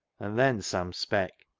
and then sam speck.